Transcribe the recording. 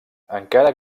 encara